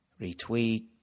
Retweet